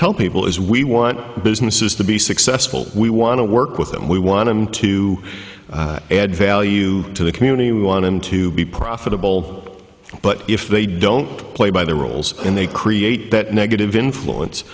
tell people is we want businesses to be successful we want to work with them we want him to add value to the community we want him to be profitable but if they don't play by the rules and they create that negative influence